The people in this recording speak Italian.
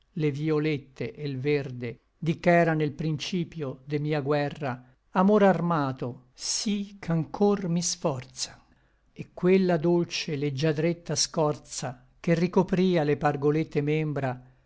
le vïolette e l verde di ch'era nel principio de mia guerra amor armato sí ch'anchor mi sforza et quella dolce leggiadretta scorza che ricopria le pargolette membra